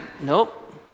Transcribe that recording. nope